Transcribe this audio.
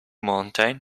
mountain